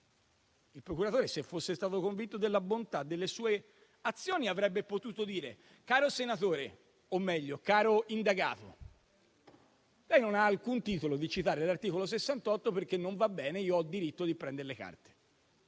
Il procuratore, se fosse stato convinto della bontà delle sue azioni, avrebbe potuto dire: caro senatore, o meglio caro indagato, lei non ha alcun titolo per citare l'articolo 68, perché non va bene, io ho diritto di prendere le carte